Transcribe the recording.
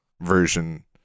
version